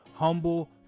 humble